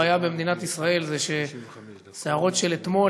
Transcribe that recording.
הבעיה במדינת ישראל היא שסערות של אתמול,